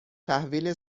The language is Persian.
تحویل